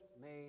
made